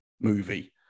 movie